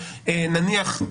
נניח,